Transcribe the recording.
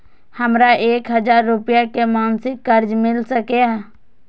हमरा एक हजार रुपया के मासिक कर्ज मिल सकिय?